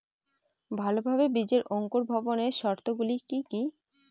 ভালোভাবে বীজের অঙ্কুর ভবনের শর্ত গুলি কি কি?